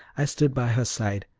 i stood by her side,